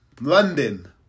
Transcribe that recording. London